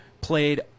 played